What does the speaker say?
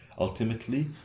Ultimately